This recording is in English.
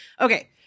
Okay